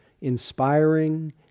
inspiring